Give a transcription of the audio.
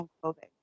clothing